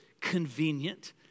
convenient